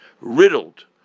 riddled